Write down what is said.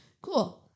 Cool